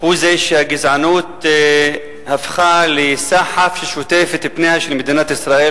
הוא שהגזענות הפכה לסחף ששוטף את פניה של מדינת ישראל,